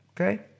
Okay